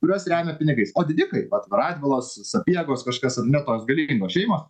kuriuos remia pinigais o didikai vat radvilos sapiegos kažkas ar ne tos galingos šeimos